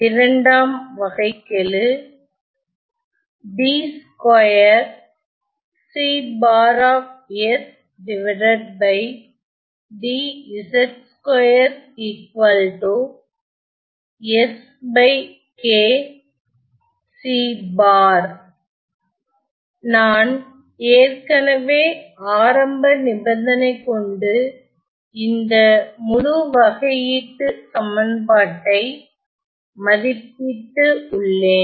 இரண்டாம் வகைக்கெழு நான் ஏற்கனவே ஆரம்ப நிபந்தனை கொண்டு இந்தமுழு வகையீட்டுச் சமன்பாட்டை மதிப்பிட்டு உள்ளேன்